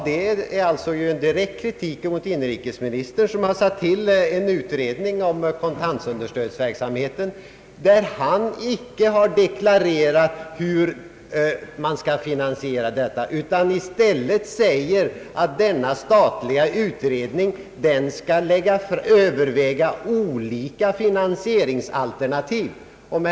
Det är alltså en direkt kritik mot inrikesministern, som har tillsatt en utredning om kontantunderstödsverksamheten och därvid icke deklarerat hur denna verksamhet skall finansieras. Han har i stället sagt att utredningen skall överväga olika finansieringsalternativ.